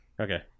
Okay